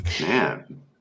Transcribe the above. Man